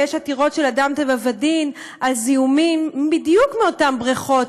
ויש עתירות של אדם טבע ודין על זיהומים בדיוק מאותן בריכות,